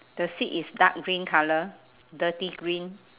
the seat is dark green colour dirty green